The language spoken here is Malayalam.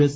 എസ്